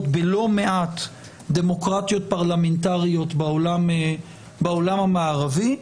בלא מעט דמוקרטיות פרלמנטריות בעולם המערבי,